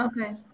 Okay